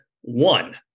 one